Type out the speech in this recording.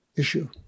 issue